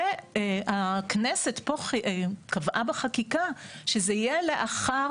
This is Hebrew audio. והכנסת פה קבעה בחקיקה שזה יהיה לאחר